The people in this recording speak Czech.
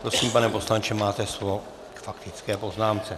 Prosím, pane poslanče, máte slovo k faktické poznámce.